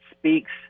speaks